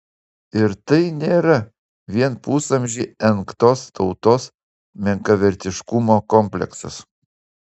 ir tai nėra vien pusamžį engtos tautos menkavertiškumo kompleksas